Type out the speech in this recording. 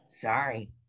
sorry